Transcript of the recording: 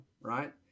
Right